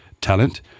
talent